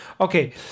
Okay